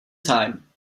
time